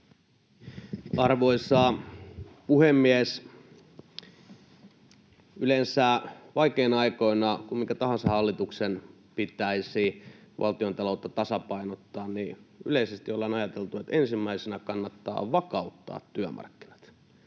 Arvoisa puhemies! Yleensä vaikeina aikoina, kun minkä tahansa hallituksen pitäisi valtiontaloutta tasapainottaa, ollaan yleisesti ajateltu, että ensimmäisenä kannattaa vakauttaa työmarkkinat.